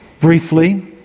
briefly